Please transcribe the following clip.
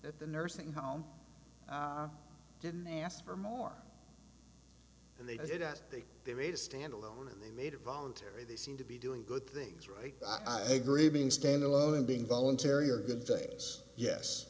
that the nursing home didn't ask for more and they didn't they they made a stand alone and they made it voluntary they seem to be doing good things right i agree being standalone and being voluntary are good things yes